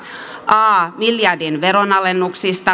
a miljardin veronalennukset